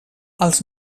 els